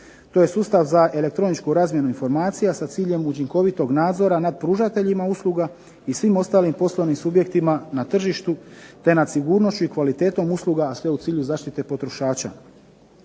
To je sustav za elektroničku razmjenu informacija, sa ciljem učinkovitog nadzora nad pružateljima usluga, i svim ostalim poslovnim subjektima na tržištu, te nad sigurnošću i kvalitetom usluga a sve u cilju zaštite potrošača.